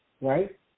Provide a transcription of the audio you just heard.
right